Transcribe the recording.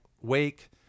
Wake